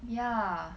ya